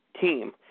team